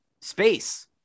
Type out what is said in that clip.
space